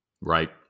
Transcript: Right